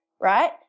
right